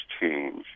change